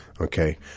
Okay